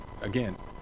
again